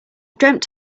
dreamt